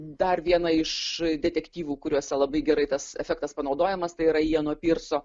dar vieną iš detektyvų kuriuose labai gerai tas efektas panaudojamas tai yra jeno pirso